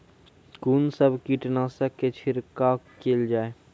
कून सब कीटनासक के छिड़काव केल जाय?